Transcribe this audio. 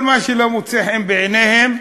כל מה שלא מוצא חן בעיניהם,